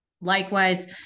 Likewise